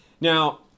Now